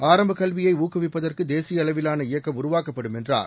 ஆரம்பகல்வியைஊக்குவிப்பதற்குதேசியஅளவிலான இயக்கம் உருவாக்கப்படும் என்றார்